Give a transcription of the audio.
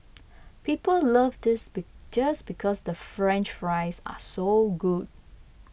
people love this be just because the French Fries are so good